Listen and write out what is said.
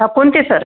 हां कोणते सर